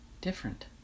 different